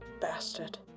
bastard